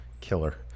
killer